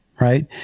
right